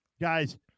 guys